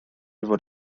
fod